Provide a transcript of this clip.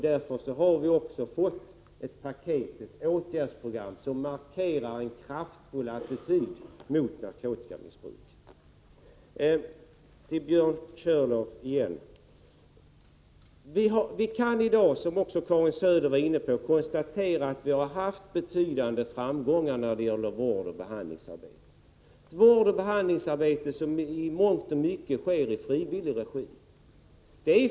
Därför har vi också fått ett åtgärdsprogram som markerar en kraftfull attityd mot narkotikamissbruk. Björn Körlof! Vi kan i dag, som även Karin Söder var inne på, konstatera att vi har haft betydande framgångar när det gäller vårdoch behandlingsarbetet. Det är ett vårdoch behandlingsarbete som till stora delar sker i frivillig regi.